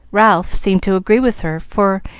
ralph seemed to agree with her, for,